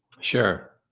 Sure